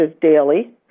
daily